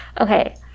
Okay